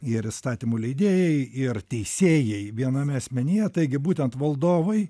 ir įstatymų leidėjai ir teisėjai viename asmenyje taigi būtent valdovai